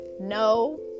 No